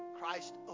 Christ